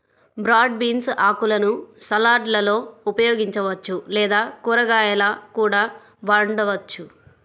broad beans ఆకులను సలాడ్లలో ఉపయోగించవచ్చు లేదా కూరగాయలా కూడా వండవచ్చు